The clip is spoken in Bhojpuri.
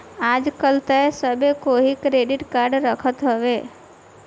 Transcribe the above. आजकल तअ सभे केहू क्रेडिट कार्ड रखत हवे